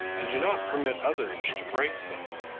and do not permit others to break them.